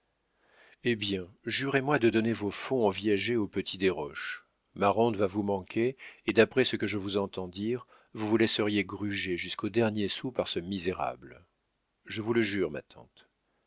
eh bien jurez-moi de donner vos fonds en viager au petit desroches ma rente va vous manquer et d'après ce que je vous entends dire vous vous laisseriez gruger jusqu'au dernier sou par ce misérable je vous le jure ma tante